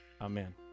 Amen